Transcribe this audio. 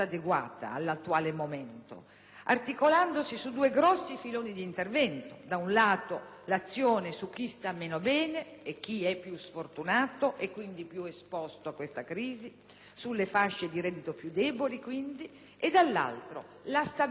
articolandosi su due grossi filoni di intervento: da un lato, l'azione su chi sta meno bene e chi è più sfortunato e quindi più esposto a questa fase economica, sulle fasce di reddito più deboli quindi, e, dall'altro, la stabilizzazione del sistema